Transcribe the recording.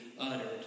uttered